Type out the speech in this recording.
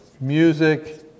music